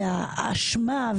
האשמה,